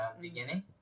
beginning